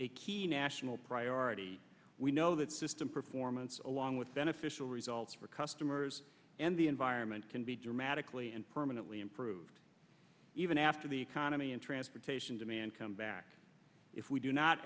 a key national priority we know that system performance along with beneficial results for customers and the environment can be dramatically and permanently improved even after the economy and transportation demand come back if we do not